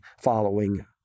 following